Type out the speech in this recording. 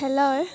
খেলৰ